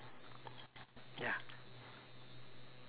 ya